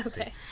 okay